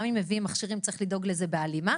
גם אם מביאים מכשירים צריך לדאוג לזה בהלימה.